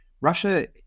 Russia